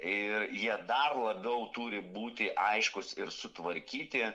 ir jie dar labiau turi būti aiškūs ir sutvarkyti